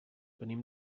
venim